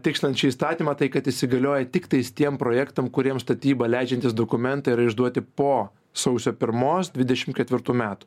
tikslint šį įstatymą tai kad įsigalioja tiktais tiem projektam kuriems statybą leidžiantys dokumentai yra išduoti po sausio pirmos dvidešimt ketvirtų metų